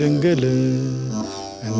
doing good and